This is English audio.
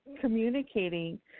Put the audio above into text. communicating